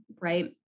right